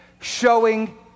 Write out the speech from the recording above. showing